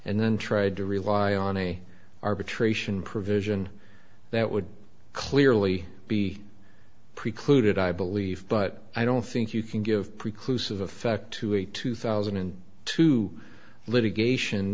and then tried to rely on a arbitration provision that would clearly be precluded i believe but i don't think you can give precludes of effect to a two thousand and two litigation